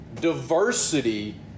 diversity